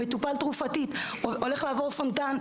הוא מטופל תרופתית והולך לעבור פונטאן,